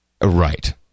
Right